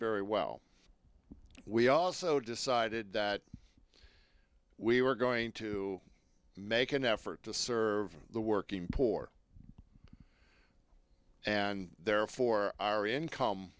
very well we also decided that we were going to make an effort to serve the working poor and therefore our income